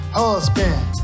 husband